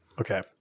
Okay